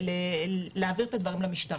להעביר את הדברים למשטרה.